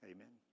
Amen